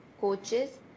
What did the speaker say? coaches